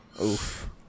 Oof